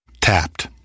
Tapped